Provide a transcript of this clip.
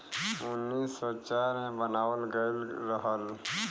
उन्नीस सौ चार मे बनावल गइल रहल